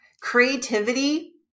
Creativity